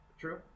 true